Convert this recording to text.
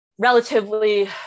relatively